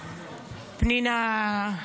פנינה,